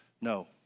No